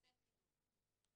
בתי חינוך.